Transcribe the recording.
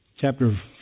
Chapter